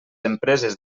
empreses